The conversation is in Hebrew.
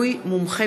הכנסת.